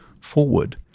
forward